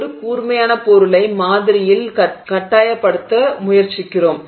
ஒரு கூர்மையான பொருளை மாதிரியில் கட்டாயப்படுத்த முயற்சிக்கிறோம்